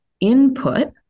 input